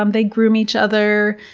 um they groom each other,